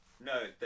No